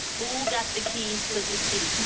who got the keys to the jeep?